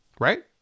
Right